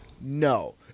No